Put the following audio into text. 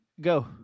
Go